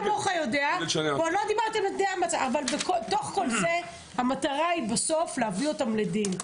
בתוך כל זה, המטרה בסוף היא להביא אותם לדין.